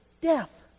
death